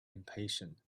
impatient